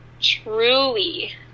truly